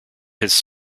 his